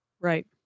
right